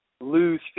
lose